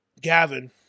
Gavin